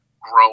grow